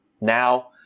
now